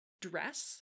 dress